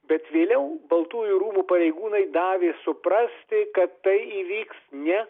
bet vėliau baltųjų rūmų pareigūnai davė suprasti kad tai įvyks ne